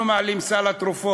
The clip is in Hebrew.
אנחנו מעלים את סל התרופות,